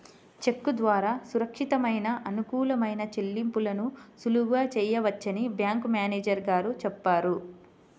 చెక్కు ద్వారా సురక్షితమైన, అనుకూలమైన చెల్లింపులను సులువుగా చేయవచ్చని బ్యాంకు మేనేజరు గారు చెప్పారు